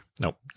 Nope